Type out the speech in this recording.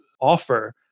offer